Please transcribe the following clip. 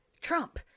Trump